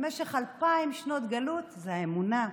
במשך אלפיים שנות גלות זה האמונה,